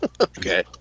Okay